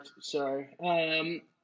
sorry